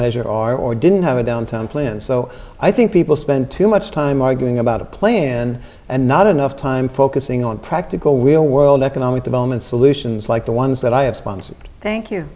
measure or or didn't have a downtown plan so i think people spend too much time arguing about a plan and not enough time focusing on practical real world economic development solutions like the ones that i have sponsored thank you